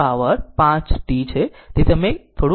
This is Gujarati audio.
તેથી થોડુંક તમે આ કરો